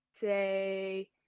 say